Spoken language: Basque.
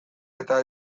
eta